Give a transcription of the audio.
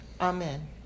amen